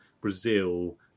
Brazil